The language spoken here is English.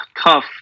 tough